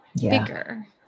bigger